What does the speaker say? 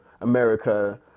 America